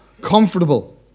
comfortable